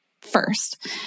first